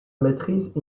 maîtrise